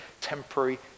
temporary